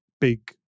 big